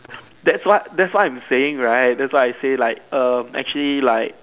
that's what that's what I am saying right that's what I say like um actually like